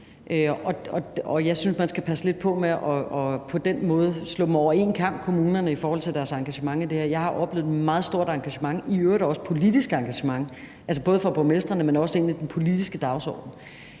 jeg synes, at man skal passe lidt på med på den måde at skære kommunerne over en kam i forhold til deres engagement i det her. Jeg har oplevet et meget stort engagement, i øvrigt også et politisk engagement, altså både fra borgmestrene, men også i den politiske dagsorden.